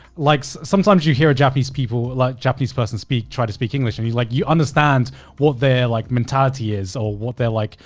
like sometimes you hear a japanese people, like japanese person speak, try to speak english. and like, you understand what their like mentality is or what their like,